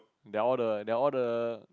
they're all the they're all the